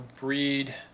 breed